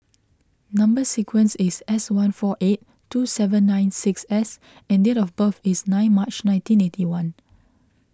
Number Sequence is S one four eight two seven nine six S and date of birth is nine March nineteen eight one